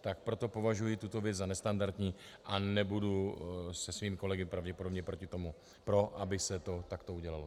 Tak proto považuji tuto věc za nestandardní a nebudu se svými kolegy pravděpodobně proti tomu pro, aby se to takto udělalo.